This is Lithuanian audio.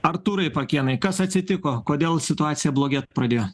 artūrai pakėnai kas atsitiko kodėl situacija blogėt pradėjo